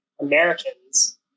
Americans